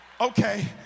Okay